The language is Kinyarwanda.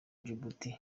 djibouti